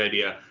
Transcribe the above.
idea.